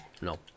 No